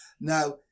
now